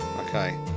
Okay